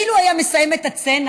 אילו הוא היה מסיים את הסצנה,